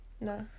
No